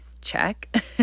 Check